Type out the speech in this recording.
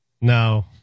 No